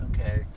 Okay